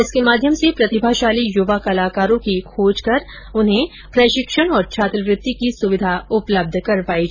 इसके माध्यम से प्रतिभाशाली युवा कलाकारों की खोज कर उन्हें प्रशिक्षण और छात्रवृत्ति की सुविधा उपलब्ध करवाई जायेगी